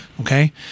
Okay